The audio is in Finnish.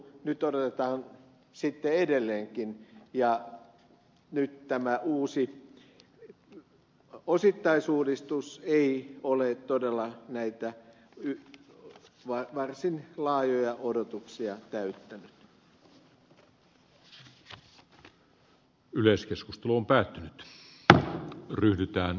nyt odotetaan sitten edelleenkin ja nyt tämä uusi osittaisuudistus ei ole todella näitä varsin laajoja odotuksia täyttänyt